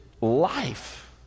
life